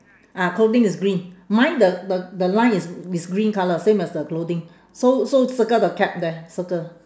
ah clothing is green mine the the the line is is green colour same as the clothing so so circle the cap there circle